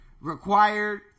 required